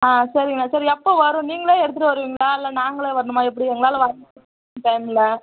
ஆ சரிங்கண்ணா சரி எப்போ வரும் நீங்களே எடுத்துகிட்டு வருவிங்களா இல்லை நாங்களே வரணுமா எப்படி எங்களால் வரமுடியாது இந்த டைமில்